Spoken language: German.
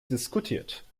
diskutiert